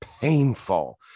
painful